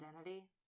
identity